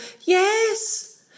Yes